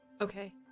Okay